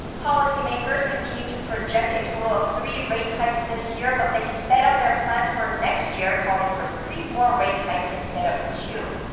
policymakers continued to project a total of three rate hikes this year, but they sped up their plans for next year, calling for three more rate hikes instead of two.